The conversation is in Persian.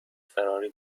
فراری